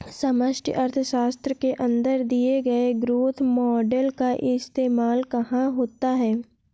समष्टि अर्थशास्त्र के अंदर दिए गए ग्रोथ मॉडेल का इस्तेमाल कहाँ होता है?